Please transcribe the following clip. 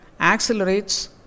accelerates